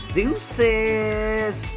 Deuces